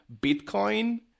Bitcoin